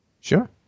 Sure